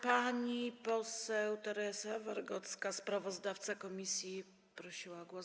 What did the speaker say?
Pani poseł Teresa Wargocka, sprawozdawca komisji, prosiła o głos.